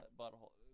butthole